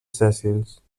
sèssils